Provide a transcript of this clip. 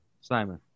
simon